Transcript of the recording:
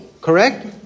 Correct